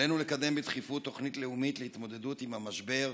עלינו לקדם בדחיפות תוכנית לאומית להתמודדות עם המשבר: